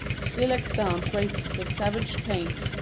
still extant races of savages paint,